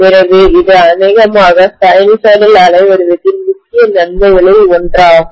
எனவே இது அநேகமாக சைனூசாய்டல் அலைவடிவத்தின் முக்கிய நன்மைகளில் ஒன்றாகும்